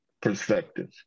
perspective